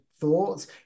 thoughts